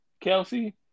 Kelsey